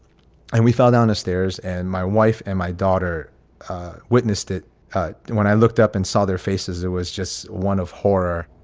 and we fell down the stairs and my wife and my daughter witnessed it. and when i looked up and saw their faces, it was just one of horror.